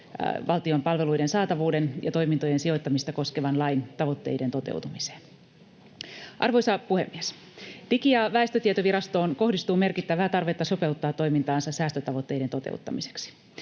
valtion palveluiden saatavuuden ja toimintojen sijoittamista koskevan lain tavoitteiden toteutumiseen. Arvoisa puhemies! Digi- ja väestötietovirastoon kohdistuu merkittävää tarvetta sopeuttaa toimintaansa säästötavoitteiden toteuttamiseksi.